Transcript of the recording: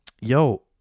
Yo